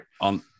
on